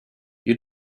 you